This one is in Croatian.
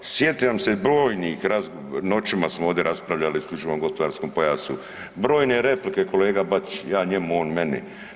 Sjećam se brojnih, noćima smo ovdje raspravljali o isključivom gospodarskom pojasu, brojne replike kolega Bačić, ja njemu, on meni.